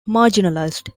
marginalized